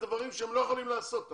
אתה דורש מהם דברים שהם לא יכולים לעשות.